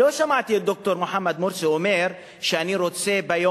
לא שמעתי את ד"ר מוחמד מורסי אומר: ביום